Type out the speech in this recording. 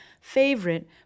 favorite